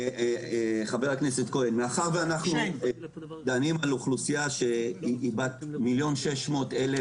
מאחר שאנחנו דנים באוכלוסייה שהיא בת 1,600,000